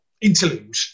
interlude